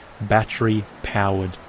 battery-powered